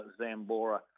Zambora